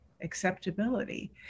acceptability